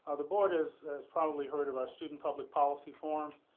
ah the board has probably heard of our student public policy forum.